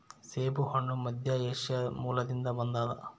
ಸೇಬುಹಣ್ಣು ಮಧ್ಯಏಷ್ಯಾ ಮೂಲದಿಂದ ಬಂದದ